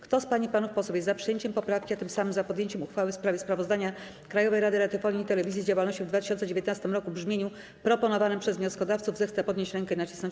Kto z pań i panów posłów jest za przyjęciem poprawki, a tym samym za podjęciem uchwały w sprawie sprawozdania Krajowej Rady Radiofonii i Telewizji z działalności w 2019 roku w brzmieniu proponowanym przez wnioskodawców, zechce podnieść rękę i nacisnąć